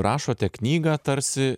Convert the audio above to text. rašote knygą tarsi